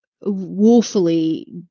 woefully